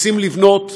רוצים לבנות,